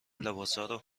لباسارو